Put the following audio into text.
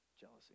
jealousy